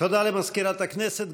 תודה למזכירת הכנסת.